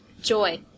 Joy